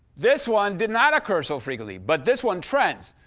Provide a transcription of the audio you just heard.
this one did not occur so frequently, but this one trends.